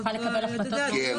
והיא צריכה לקבל החלטות --- כן,